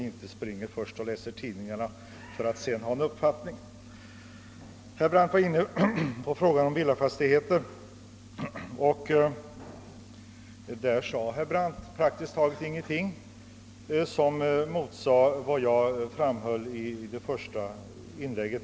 Herr Brandt talade också om beskattningen vid försäljning av villafastigheter men anförde därvidlag praktiskt taget ingenting som motsäger mitt första inlägg.